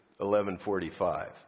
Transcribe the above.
11.45